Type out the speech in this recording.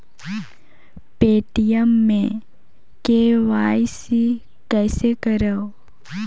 Paytm मे KYC कइसे करव?